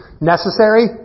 necessary